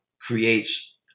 creates